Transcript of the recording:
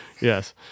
yes